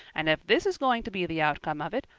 and if this is going to be the outcome of it,